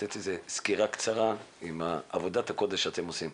לתת איזו סקירה קצרה על עבודת הקודש שאתם עושים.